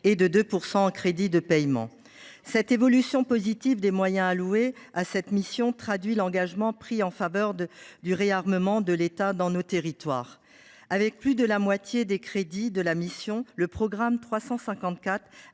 et de 2 % en crédits de paiement. L’évolution positive des moyens alloués à cette mission traduit l’engagement pris en faveur du réarmement de l’État dans nos territoires. Englobant plus de la moitié des crédits de la mission, le programme 354